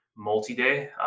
multi-day